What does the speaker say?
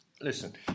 listen